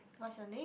what's your next